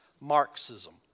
Marxism